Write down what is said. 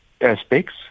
aspects